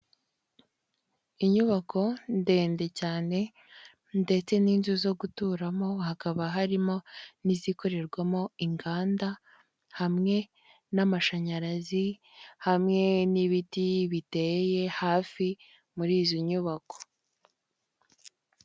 Inyubako ndende cyane ndetse n'inzu zo guturamo hakaba harimo n'izikorerwamo inganda, hamwe n'amashanyarazi, hamwe n'ibiti biteye hafi muri izi nyubako.